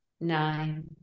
nine